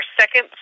second